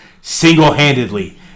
Single-handedly